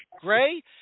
Gray